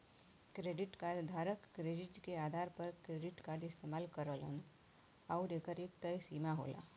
credit card धारक credit के आधार पर क्रेडिट कार्ड इस्तेमाल करलन आउर एकर एक तय सीमा होला